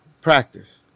practice